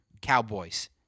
Cowboys